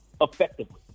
effectively